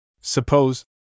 Suppose